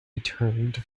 returned